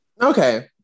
Okay